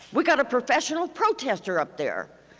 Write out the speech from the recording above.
we've got a professional protestor up there.